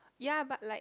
ya but like